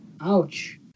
ouch